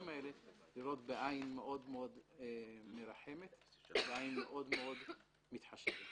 האלה בעין מרחמת מאוד ומתחשבת מאוד.